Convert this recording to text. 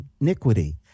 iniquity